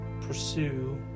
pursue